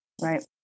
Right